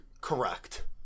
correct